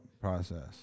process